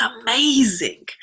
amazing